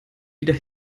wieder